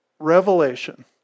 revelation